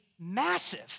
massive